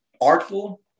artful